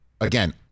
again